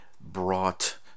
brought